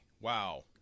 Wow